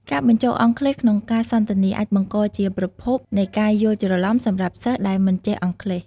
ការបញ្ចូលអង់គ្លេសក្នុងការសន្ទនាអាចបង្កជាប្រភពនៃការយល់ច្រឡំសម្រាប់សិស្សដែលមិនចេះអង់គ្លេស។